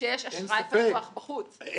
שיש אשראי פתוח בחוץ,